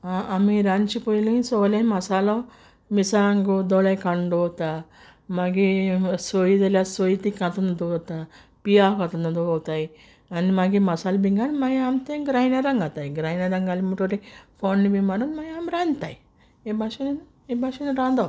आमी रांदचे पयली सगळे मसालो मिरसांगो दोळे काडून दोवोरता मागी सोय जाल्यार सोय ती कांतून दोवोरतां पियाव कात्तोन दोवोरताय आनी मागीर मासाल बी घान आम तें ग्रांयडरां घाताय ग्रांयडरां घायल म्हुणटोरी फोण्ण बी मारून मागी आम रांदताय हे भाशीन हे भाशीन रांदोप